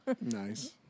Nice